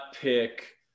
pick